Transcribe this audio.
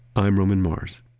i'm roman mars